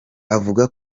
avuga